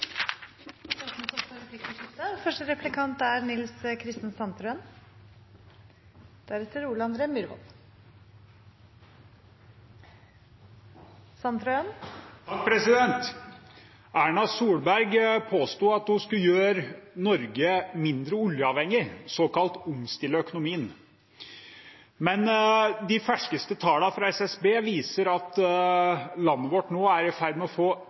blir replikkordskifte. Statsminister Erna Solberg påsto at hun skulle gjøre Norge mindre oljeavhengig, såkalt omstille økonomien. Men de ferskeste tallene fra SSB viser at landet vårt nå er i ferd med å få